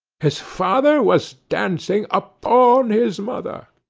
his father was dancing upon his mother.